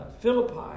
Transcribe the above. Philippi